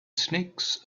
snakes